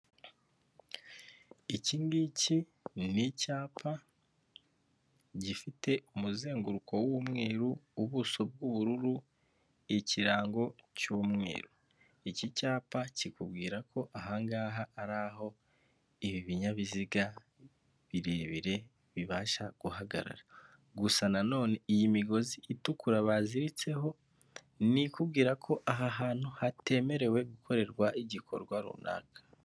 Iki ngiki ni icyapa gifite umuzenguruko w'umweru, ubuso b'ubururu, ikirango cy'umweru. Iki cyapa kikubwira ko aha ngaha ari aho ibi binyabiziga birebire bibasha guhagarara, gusa none iyi migozi itukura baziritseho ni ikubwira ko aha hantu hatemerewe gukorerwa igikorwa runaka.